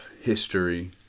history